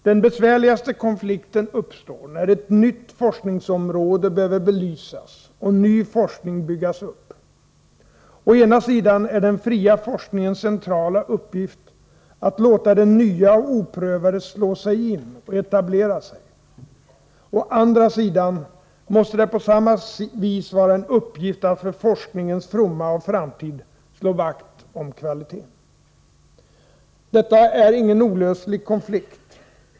Den besvärligaste konflikten uppstår när ett nytt forskningsområde behöver belysas och ny forskning byggas upp. Å ena sidan är det den fria forskningens centrala uppgift att låta det nya och oprövade slå sig in och etablera sig. Å andra sidan måste det på samma vis vara en uppgift att för forskningens fromma och framtid slå vakt om kvaliteten. Detta är dock ingen olöslig konflikt.